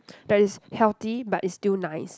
that is healthy but is still nice